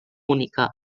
única